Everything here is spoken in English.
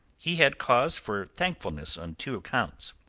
he had cause for thankfulness on two counts.